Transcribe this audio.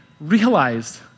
realized